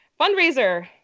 fundraiser